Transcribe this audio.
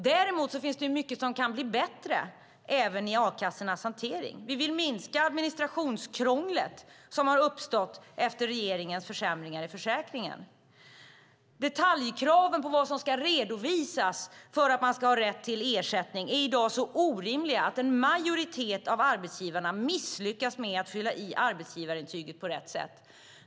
Däremot finns det mycket som kan bli bättre även i a-kassornas hantering. Vi vill minska administrationskrånglet, som har uppstått efter regeringens försämringar i försäkringen. Detaljkraven när det gäller vad som ska redovisas för att man ska ha rätt till ersättning är i dag så orimliga att en majoritet av arbetsgivarna misslyckas med att fylla i arbetsgivarintyget på rätt sätt.